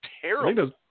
terrible